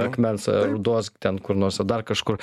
akmens ar rudos ten kur nors ar dar kažkur